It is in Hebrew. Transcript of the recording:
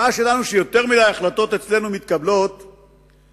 הבעיה שלנו היא שיותר מדי החלטות מתקבלות אצלנו,